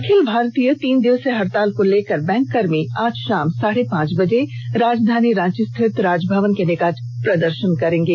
अखिल भारतीय तीन दिवसीय हड़ताल को लेकर बैंक कर्मी आज शाम साढ़े पांच बजे राजधानी रांची स्थित राजभवन के पास प्रदर्षन करेंगे